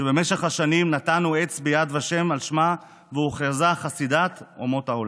ובמשך השנים נטענו עץ ביד ושם על שמה והיא הוכרזה חסידת אומות העולם.